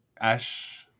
Ash